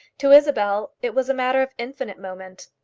to isabel it was matter of infinite moment.